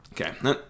okay